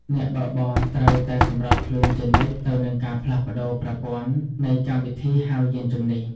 អ្នកបើកបរត្រូវតែសម្របខ្លួនជានិច្ចទៅនឹងការផ្លាស់ប្តូរប្រព័ន្ធ នៃកម្មវិធីហៅយានជំនិះ។